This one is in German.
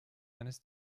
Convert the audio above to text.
eines